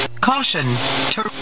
Caution